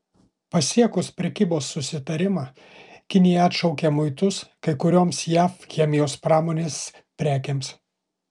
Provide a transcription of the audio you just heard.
pasiekus prekybos susitarimą kinija atšaukė muitus kai kurioms jav chemijos pramonės prekėms